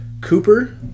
Cooper